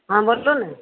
अहाँ बोलियौ ने